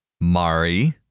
Mari